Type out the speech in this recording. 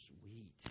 Sweet